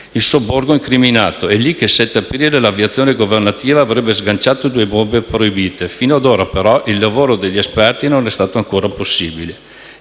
il sobborgo incriminato. È lì che il 7 aprile l'aviazione governativa avrebbe sganciato due bombe proibite. Fino ad ora, però, il lavoro degli esperti non è stato ancora possibile.